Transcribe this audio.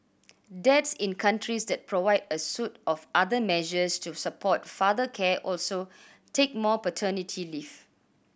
dads in countries that provide a suite of other measures to support father care also take more paternity leave